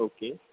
okay